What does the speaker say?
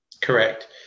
correct